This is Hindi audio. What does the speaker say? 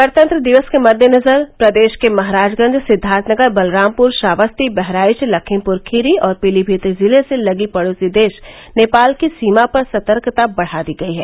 गणतंत्र दिवस के मददेनजर प्रदेश के महाराजगंज सिद्वार्थनगर बलरामप्र श्रावस्ती बहराइच लखीमप्र खीरी और पीलीमीत जिले से लगी पड़ोसी देश नेपाल की सीमा पर सतर्कता बढ़ा दी गई है